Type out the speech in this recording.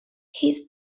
his